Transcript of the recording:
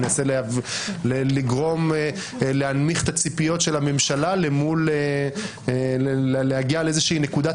מנסה לגרום להנמיך את הציפיות של הממשלה אל מול להגיע לאיזו נקודת